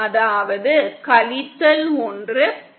அதாவது கழித்தல் ஒன்று பிளஸ் ஒன்